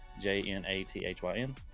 j-n-a-t-h-y-n